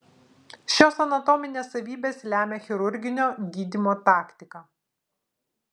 šios anatominės savybės lemia chirurginio gydymo taktiką